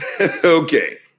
Okay